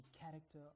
character